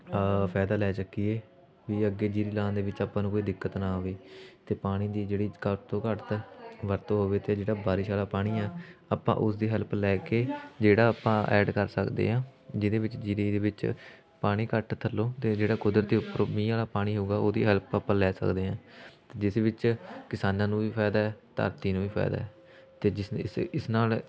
ਫਾਇਦਾ ਲੈ ਚੱਕੀਏ ਵੀ ਅੱਗੇ ਜੀਰੀ ਲਾਉਣ ਦੇ ਵਿੱਚ ਆਪਾਂ ਨੂੰ ਕੋਈ ਦਿੱਕਤ ਨਾ ਆਵੇ ਅਤੇ ਪਾਣੀ ਦੀ ਜਿਹੜੀ ਘੱਟ ਤੋਂ ਘੱਟ ਵਰਤੋਂ ਹੋਵੇ ਅਤੇ ਜਿਹੜਾ ਬਾਰਿਸ਼ ਵਾਲਾ ਪਾਣੀ ਆ ਆਪਾਂ ਉਸ ਦੀ ਹੈਲਪ ਲੈ ਕੇ ਜਿਹੜਾ ਆਪਾਂ ਐਡ ਕਰ ਸਕਦੇ ਹਾਂ ਜਿਹਦੇ ਵਿੱਚ ਜੀਰੀ ਦੇ ਵਿੱਚ ਪਾਣੀ ਘੱਟ ਥੱਲੋਂ ਅਤੇ ਜਿਹੜਾ ਕੁਦਰਤੀ ਉੱਪਰੋਂ ਮੀਂਹ ਵਾਲਾ ਪਾਣੀ ਹੋਊਗਾ ਉਹਦੀ ਹੈਲਪ ਆਪਾਂ ਲੈ ਸਕਦੇ ਹਾਂ ਜਿਸ ਵਿੱਚ ਕਿਸਾਨਾਂ ਨੂੰ ਵੀ ਫਾਇਦਾ ਧਰਤੀ ਨੂੰ ਵੀ ਫਾਇਦਾ ਅਤੇ ਜਿਸ ਇਸ ਇਸ ਨਾਲ